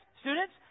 students